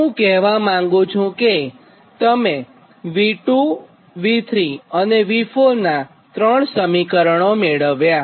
તો હું એ કહેવા માગું છુંકે તમે V2 V3 V4 નાં ત્રણ સમીકરણો મેળવ્યા